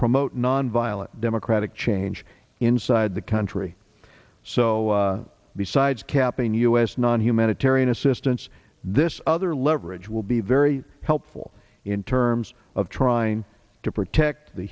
promote nonviolent democratic change inside the country so besides capping us non humanitarian assistance this other leverage will be very helpful in terms of trying to protect the